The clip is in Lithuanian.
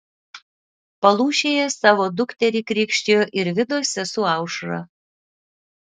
palūšėje savo dukterį krikštijo ir vidos sesuo aušra